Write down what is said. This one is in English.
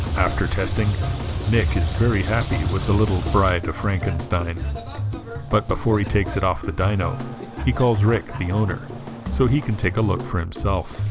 after testing nick is very happy with the little bride of frankenstein but before he takes it off the dyno he calls rick the owner so he can take a look for himself